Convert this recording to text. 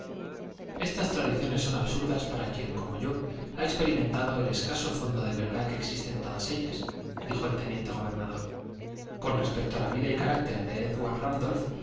estas tradiciones son absurdas para quien como yo ha experimentado el escaso fondo de verdad que existe en todas ellas dijo el teniente gobernador con respecto a la vida y carácter de édward